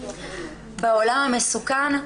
בעולם המסוכן.